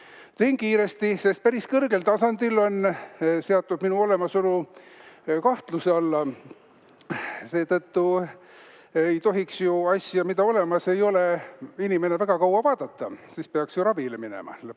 Tegin kiiresti, sest päris kõrgel tasandil on seatud minu olemasolu kahtluse alla. Seetõttu ei tohiks inimene asja, mida olemas ei ole, väga kaua vaadata, siis peaks ju ravile minema